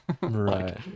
right